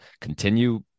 continue